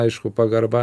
aišku pagarba